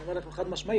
אני אומר זאת חד משמעית.